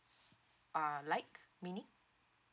ah like meaning